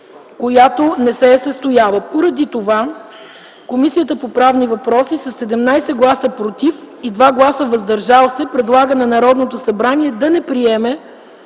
която не се е състояла. Поради това Комисията по правни въпроси със 17 гласа „против” и 2 гласа „въздържали се”, предлага на Народното събрание да не приеме